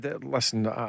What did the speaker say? listen